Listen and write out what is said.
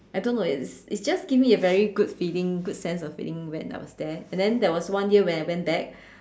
I don't know is is just give me a very good feeling good sense of feeling when I was there and then there was one year where I went back